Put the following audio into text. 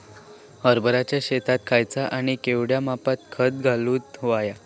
हरभराच्या शेतात खयचा आणि केवढया मापात खत घालुक व्हया?